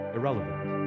Irrelevant